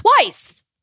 twice